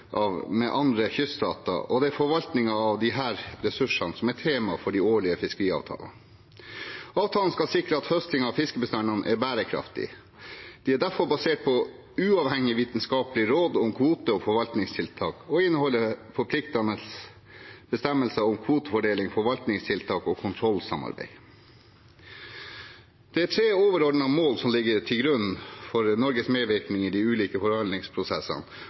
med andre kyststater, og det er forvaltningen av disse ressursene som er tema for de årlige fiskeriavtalene. Avtalene skal sikre at høsting av fiskebestandene er bærekraftig. De er derfor basert på uavhengige vitenskapelige råd om kvoter og forvaltningstiltak og inneholder forpliktende bestemmelser om kvotefordeling, forvaltningstiltak og kontrollsamarbeid. Det er tre overordnede mål som ligger til grunn for Norges medvirkning i de ulike forhandlingsprosessene